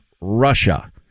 Russia